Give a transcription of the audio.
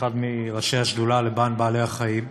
כאחד מראשי השדולה למען בעלי החיים.